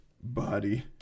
body